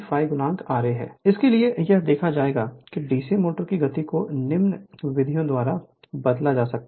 Refer Slide Time 0105 इसके लिए यह देखा जाएगा कि डीसी मोटर की गति को निम्न विधियों द्वारा बदला जा सकता है